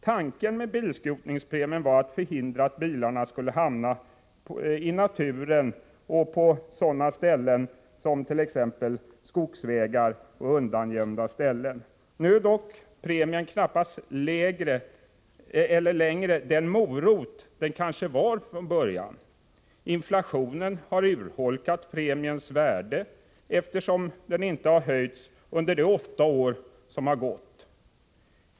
Tanken med bilskrotningspremien var att förhindra att bilarna skulle hamna i naturen, på skogsvägar eller på undangömda ställen. Numera är dock premien knappast den morot den kanske var från början. Inflationen har urholkat premiens värde, eftersom premien inte har höjts under de åtta år som har gått.